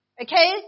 Okay